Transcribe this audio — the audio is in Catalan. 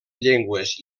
llengües